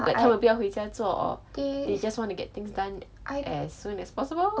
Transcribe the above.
like 他们不要回家做 or they just want to get things done as soon as possible